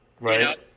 Right